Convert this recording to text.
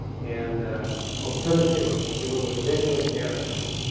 and alternative or if you will revisionist narratives